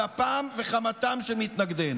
על אפם וחמתם של מתנגדינו.